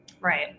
Right